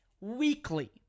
weekly